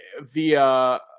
via